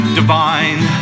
divine